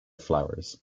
flowers